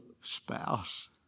spouse